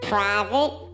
Private